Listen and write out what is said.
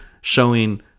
showing